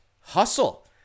hustle